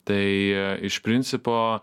tai iš principo